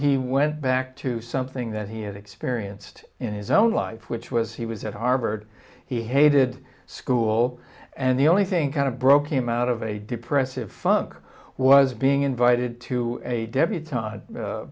he went back to something that he had experienced in his own life which was he was at harvard he hated school and the only thing kind of broke him out of a depressive funk was being invited to a debutante